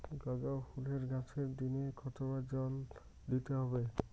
গাদা ফুলের গাছে দিনে কতবার জল দিতে হবে?